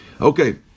Okay